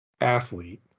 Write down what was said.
athlete